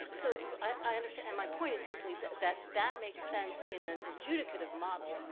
so, and i understand, and my point is simply that that that makes sense in an adjudicative model.